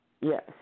yes